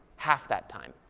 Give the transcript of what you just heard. half that time.